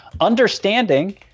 understanding